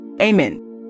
Amen